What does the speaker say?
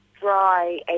dry